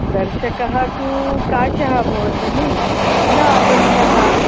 दर्शकः तु काचः भवति नु न आबन्धः